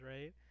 right